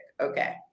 Okay